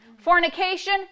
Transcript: Fornication